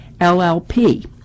LLP